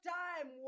time